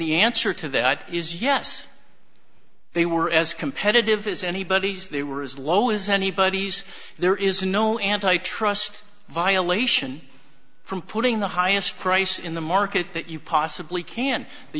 the answer to that is yes they were as competitive as anybody's they were as low as anybody's there is no antitrust violation from putting the highest price in the market that you possibly can the